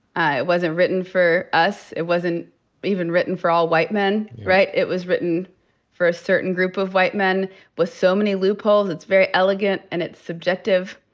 ah it wasn't written for us. it wasn't even written for all white men, right? it was written for a certain group of white men with so many loopholes. it's very elegant, and it's subjective.